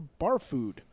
Barfood